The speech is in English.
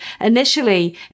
Initially